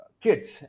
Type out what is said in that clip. kids